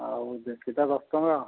ଆଉ ଦେଶୀଟା ଦଶ ଟଙ୍କା